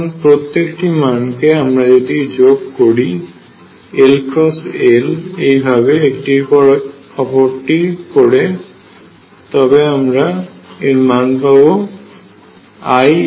এখন প্রত্যেকটি মানকে আমরা যদি যোগ করি L L এই ভাবে একটির পর অপরটি করে তবে আমরা এর মান পাব iℏL